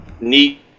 neat